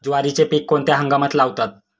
ज्वारीचे पीक कोणत्या हंगामात लावतात?